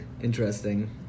Interesting